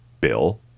Bill